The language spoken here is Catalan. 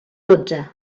dotze